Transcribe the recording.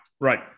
right